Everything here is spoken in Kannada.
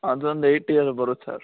ಅದೊಂದು ಏಯ್ಟ್ ಇಯರ್ ಬರುತ್ತೆ ಸರ್